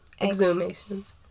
Exhumations